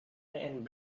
and